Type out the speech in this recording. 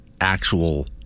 actual